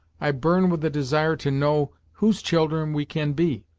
i burn with a desire to know whose children we can be.